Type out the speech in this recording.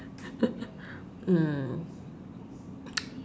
mm